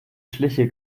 schliche